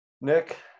Nick